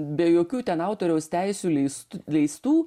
be jokių ten autoriaus teisių leist leistų